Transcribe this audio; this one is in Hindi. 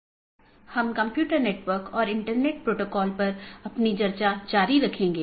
नमस्कार हम कंप्यूटर नेटवर्क और इंटरनेट पाठ्यक्रम पर अपनी चर्चा जारी रखेंगे